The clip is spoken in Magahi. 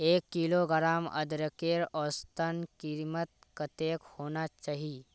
एक किलोग्राम अदरकेर औसतन कीमत कतेक होना चही?